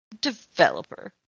developer